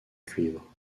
cuivre